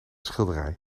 schilderij